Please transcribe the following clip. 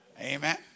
Amen